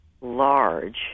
large